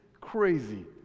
crazy